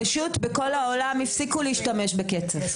פשוט בכל העולם הפסיקו להשתמש בקצף.